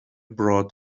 brought